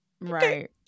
Right